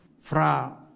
Fra